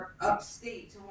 upstate